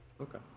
Okay